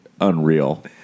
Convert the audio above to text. unreal